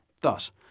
Thus